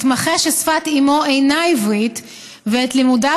מתמחה ששפת אימו אינה עברית ואת לימודיו